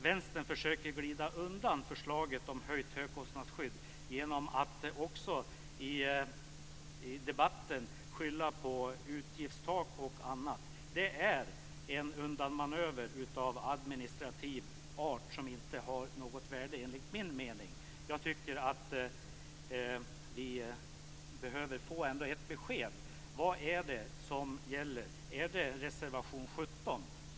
Vänstern försöker glida undan förslaget om höja gränsen för högkostnadsskyddet genom att i debatten skylla på utgiftstak och annat. Det är en undanmanöver av administrativ art som enligt min mening inte har något värde. Vi behöver få ett besked. Vad är det som gäller?